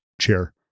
chair